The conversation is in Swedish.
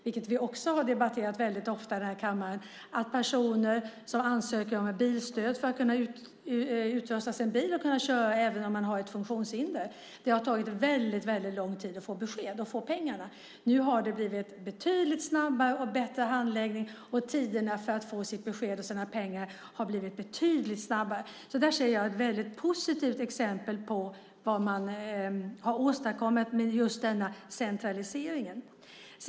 Vi har debatterat ofta i kammaren att för personer som ansöker om bilstöd för att kunna utrusta sin bil och kunna köra även om de har ett funktionshinder har det tagit väldigt lång tid att få besked och att få pengarna. Nu har det blivit en betydligt snabbare och bättre handläggning. Tiderna för att få beskedet och pengarna har blivit betydligt kortare. Där ser jag ett väldigt positivt exempel på vad man har åstadkommit med just denna centralisering.